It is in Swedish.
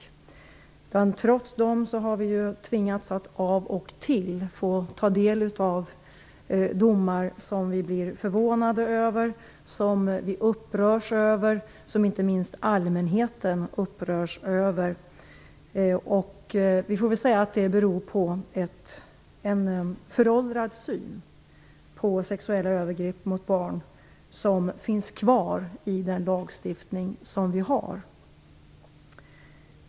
Trots dessa förändringar har vi av och till tvingats ta del av domar som blir förvånade och upprörda över - och som inte minst allmänheten upprörs över. Det beror på att det i vår lagstiftning finns kvar en föråldrad syn på sexuella övergrepp mot barn.